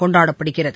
கொண்டாடப்படுகிறது